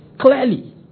clearly